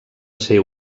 ser